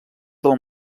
del